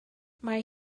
mae